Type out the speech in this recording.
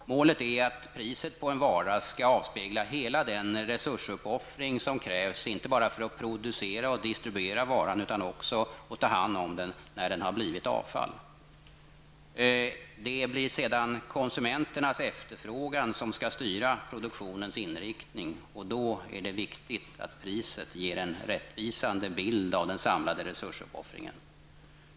Målet är att priset på en vara skall avspegla hela den resursuppoffring som krävs, inte bara för att producera och distribuera varan utan också för att ta hand om varan när den har blivit avfall. Konsumenternas efterfrågan skall sedan styra produktionens inriktning, varför det är viktigt att priset ger en rättvisande bild av den samlade resursuppoffringen.